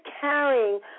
carrying